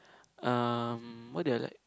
um what did I like